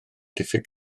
diffyg